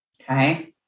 Okay